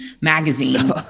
magazine